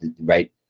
right